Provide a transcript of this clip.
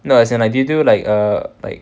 no as in do you do like err like